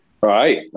Right